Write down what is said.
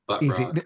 easy